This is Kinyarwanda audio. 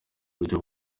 buryo